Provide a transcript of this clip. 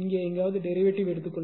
இங்கே எங்காவது டெரிவேடிவ் எடுத்துக்கொள்ளுங்கள்